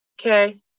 Okay